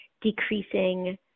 decreasing